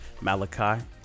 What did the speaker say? Malachi